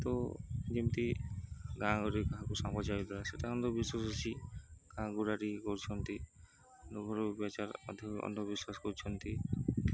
ତ ଯେମିତି ଗାଁ ଗହଳରେ କାହାକୁ ଅନ୍ଧବିଶ୍ୱାସ ଅଛି ଗାଁ କରୁଛନ୍ତି ଅଧିକ ଅନ୍ଧବିଶ୍ୱାସ କରୁଛନ୍ତି